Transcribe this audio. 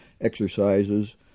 exercises